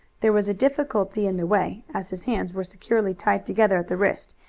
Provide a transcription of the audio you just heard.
there was a difficulty in the way, as his hands were securely tied together at the wrist,